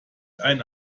einen